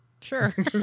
sure